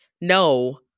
No